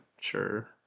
sure